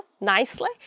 nicely